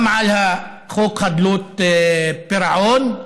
וגם על חוק חדלות פירעון.